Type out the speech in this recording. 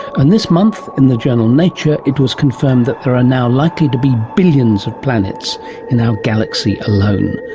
and this month in the journal nature it was confirmed that there are now likely to be billions of planets in our galaxy alone.